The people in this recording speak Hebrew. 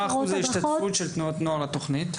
מה אחוז ההשתתפות של תנועות נוער בתוכנית?